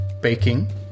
Baking